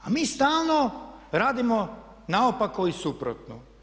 A mi stalno radimo naopako i suprotno.